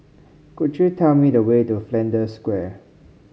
could you tell me the way to Flanders Square